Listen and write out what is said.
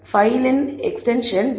file இன் extension "